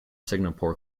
singapore